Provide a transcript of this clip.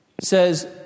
says